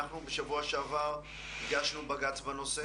בשבוע שעבר הגשנו בג"ץ בנושא